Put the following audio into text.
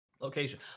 location